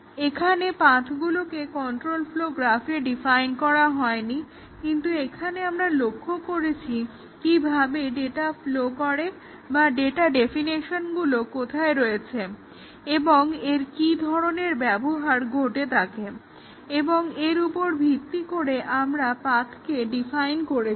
এখানে পাথ্গুলোকে control flow গ্রাফে ডিফাইন করা হয়নি কিন্তু এখানে আমরা লক্ষ্য করেছি কিভাবে ডেটা ফ্লো করে বা ডেটা ডেফিনেশনগুলো কোথায় রয়েছে এবং এর কি ধরনের ব্যবহার ঘটে থাকে এবং এর উপর ভিত্তি করে আমরা পাথ্কে ডিফাইন করেছি